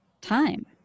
time